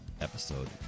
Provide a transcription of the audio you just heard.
episode